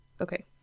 Okay